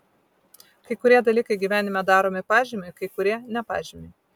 kai kurie dalykai gyvenime daromi pažymiui kai kurie ne pažymiui